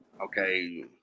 okay